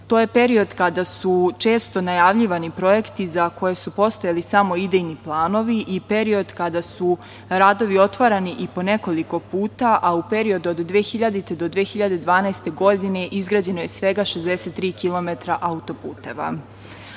je period kada su često najavljivani projekti za koje su postojali samo idejni planovi i period kada su radovi otvarani i po nekoliko puta, a u periodu od 2000. do 2012. godine izgrađeno je svega 63 km auto-puteva.U